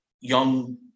young